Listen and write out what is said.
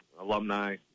alumni